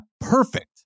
perfect